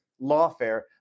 lawfare